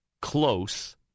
close